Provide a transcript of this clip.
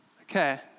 Okay